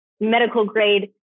medical-grade